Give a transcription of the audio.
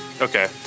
Okay